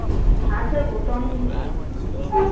हाँ सर वह तो हम